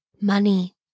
Money